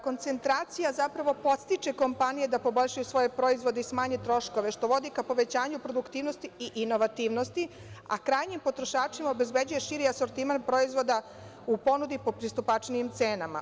Koncentracija zapravo podstiče kompanije da poboljšaju svoje proizvode i smanje troškove, što vodi ka povećanju produktivnosti i inovativnosti, a krajnjim potrošačima obezbeđuje širi asortiman proizvoda u ponudi po pristupačnijim cenama.